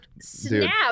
snap